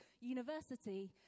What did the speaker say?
university